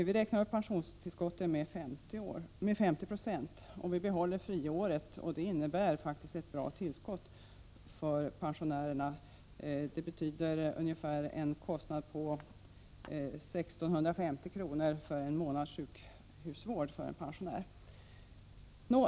Vi räknar upp pensionstillskotten med 50 96, om vi behåller friåret. Detta innebär faktiskt ett bra tillskott för pensionärerna. Det blir en kostnad på ungefär 1 650 kr. för en månads sjukhusvård för en pensionär.